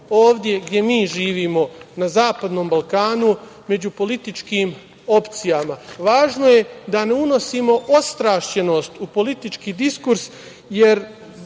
ovde gde mi živimo na zapadnom Balkanu među političkim opcijama. Važno je da ne unosimo ostrašćenost u politički diskurs jer